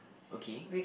okay